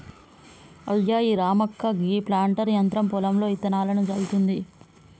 అయ్యా రామక్క గీ ప్లాంటర్ యంత్రం పొలంలో ఇత్తనాలను జల్లుతుంది